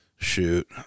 shoot